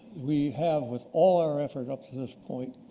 we have, with all our effort up to this point,